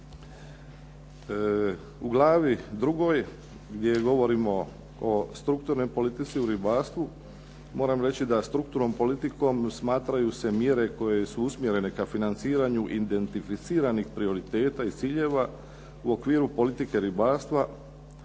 U glavi drugoj gdje govorimo o strukturnoj politici u ribarstvu moram reći da strukturnom politikom smatraju se mjere koje su usmjerene ka financiranju identificiranih prioriteta i ciljeva u okviru politike ribarstva,